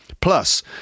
Plus